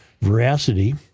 veracity